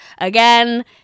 Again